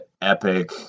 epic